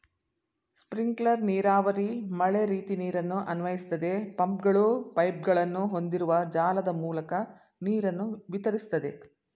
sprinkler ನೀರಾವರಿ ಮಳೆರೀತಿ ನೀರನ್ನು ಅನ್ವಯಿಸ್ತದೆ ಪಂಪ್ಗಳು ಪೈಪ್ಗಳನ್ನು ಹೊಂದಿರುವ ಜಾಲದ ಮೂಲಕ ನೀರನ್ನು ವಿತರಿಸ್ತದೆ